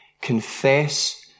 confess